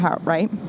right